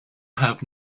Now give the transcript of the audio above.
have